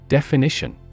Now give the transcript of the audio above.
Definition